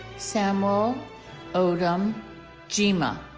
samuel odum gyimah